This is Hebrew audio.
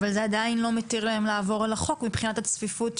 אבל זה עדיין לא מתיר להם לעבור על החוק מבחינת הצפיפות.